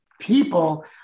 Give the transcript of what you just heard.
people